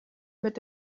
mit